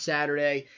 Saturday